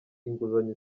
inguzanyo